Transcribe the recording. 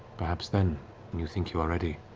perhaps then, when you think you are ready,